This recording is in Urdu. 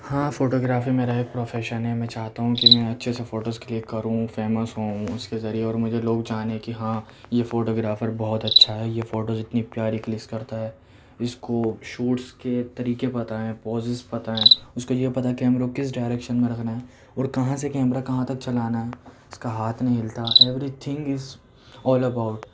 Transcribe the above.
ہاں فوٹوگرافی میرا ایک پروفیشن ہے میں چاہتا ہوں کہ میں اچھے سے فوٹوز کلک کروں فیمس ہوں اس کے ذریعے مجھے لوگ جانے کہ ہاں یہ فوٹوگرافر بہت اچھا ہے یہ فوٹوز اتنی پیاری کلکس کرتا ہے اس کو شوٹس کے طریقے پتا ہیں پوجیز پتا ہیں اس کو یہ پتا ہے کیمرے کس ڈائریکشن میں رکھنا ہے اور کہاں سے کیمرہ کہاں تک چلانا ہے اس کا ہاتھ نہیں ہلتا everything is all about